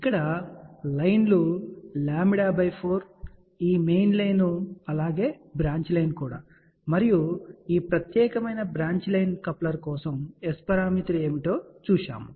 ఇక్కడ లైన్ లు λ4 ఈ మెయిన్ లైన్ అలాగే బ్రాంచ్ లైన్ మరియు ఈ ప్రత్యేకమైన బ్రాంచ్ లైన్ కప్లర్ కోసం S పారామితులు ఏమిటో మనము చూశాము